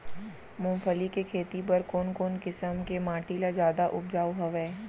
मूंगफली के खेती बर कोन कोन किसम के माटी ह जादा उपजाऊ हवये?